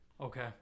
Okay